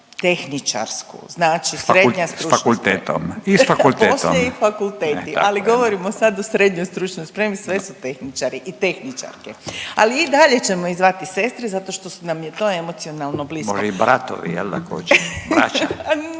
tehničarsku, znači srednja stručna sprema. …/Upadica Radin: S fakultetom i s fakultetom./… A poslije i fakulteti, ali govorimo sad o srednjoj stručnoj spremi, sve su tehničari i tehničarke. Ali i dalje ćemo ih zvati sestre zato što su nam je to emocionalno blisko. …/Upadica Radin: Može i bratovi